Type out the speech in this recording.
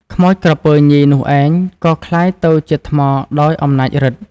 ខ្មោចក្រពើញីនោះឯង ក៏ក្លាយទៅជាថ្មដោយអំណាចឫទ្ធិ ។